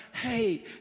hey